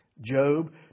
Job